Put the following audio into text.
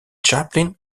chaplin